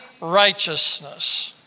Righteousness